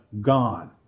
gone